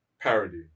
parody